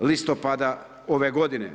listopada ove godine.